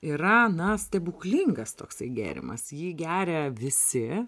yra na stebuklingas toksai gėrimas jį geria visi